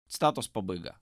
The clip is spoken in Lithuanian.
citatos pabaiga